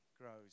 grows